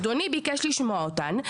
אדוני ביקש לשמוע אותן,